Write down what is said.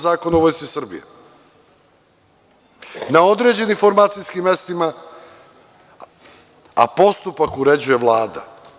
Zakona o Vojsci Srbije, na određenim formacijskim mestima, a postupak uređuje Vlada.